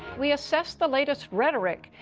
we assess the latest rhetoric.